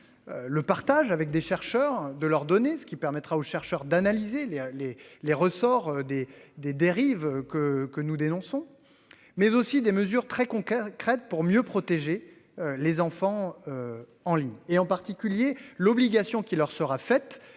Le partage avec des chercheurs de leur donner ce qui permettra aux chercheurs d'analyser les les les ressorts des des dérives que que nous dénonçons, mais aussi des mesures très concrètes Crète pour mieux protéger les enfants. En ligne et en particulier l'obligation qui leur sera faite